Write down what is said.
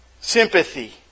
sympathy